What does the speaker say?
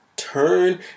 turn